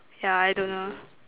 yeah I don't know